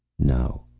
no,